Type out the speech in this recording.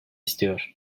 istiyor